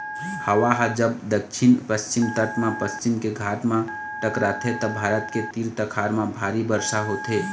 हवा ह जब दक्छिन पस्चिम तट म पश्चिम के घाट म टकराथे त भारत के तीर तखार म भारी बरसा होथे